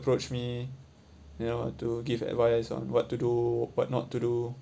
approached me you know to give advice on what to do what not to do